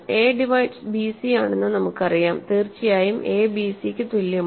A divides bc ആണെന്ന് നമുക്കറിയാം തീർച്ചയായും a bc യ്ക്ക് തുല്യമാണ്